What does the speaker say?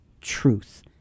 truth